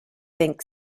think